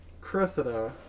Cressida